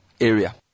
area